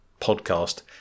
podcast